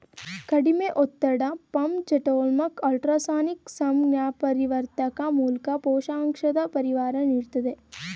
ಕಡಿಮೆ ಒತ್ತಡ ಪಂಪ್ ಜೆಟ್ಮೂಲ್ಕ ಅಲ್ಟ್ರಾಸಾನಿಕ್ ಸಂಜ್ಞಾಪರಿವರ್ತಕ ಮೂಲ್ಕ ಪೋಷಕಾಂಶದ ಪರಿಹಾರ ನೀಡ್ತದೆ